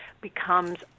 becomes